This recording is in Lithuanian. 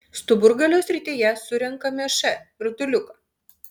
stuburgalio srityje surenkame š rutuliuką